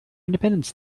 independence